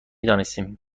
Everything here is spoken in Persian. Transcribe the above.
دانستیم